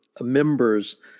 members